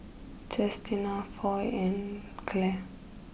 Chestina Foy and Clair